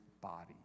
body